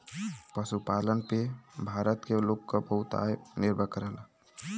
पशुपालन पे भारत के लोग क बहुते आय निर्भर करला